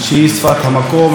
שפת הילידים.